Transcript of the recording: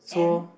so